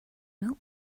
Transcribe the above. milk